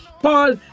Paul